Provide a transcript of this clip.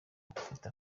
mfite